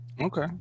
okay